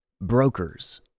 Brokers